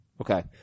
Okay